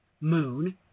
moon